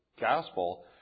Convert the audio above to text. gospel